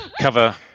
cover